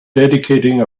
dedicating